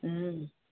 हूं